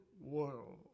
world